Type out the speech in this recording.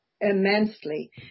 immensely